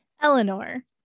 Eleanor